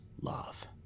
love